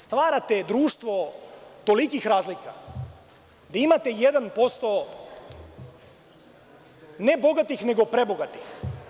Stvarate društvo tolikih razlika, da imate 1% ne bogatih, nego prebogatih.